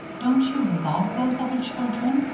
don't you love those other children?